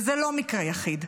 וזה לא מקרה יחיד.